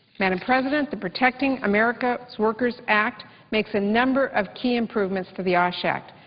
madam president, the protecting america's workers act makes a number of key improvements to the osh act.